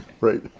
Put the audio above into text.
Right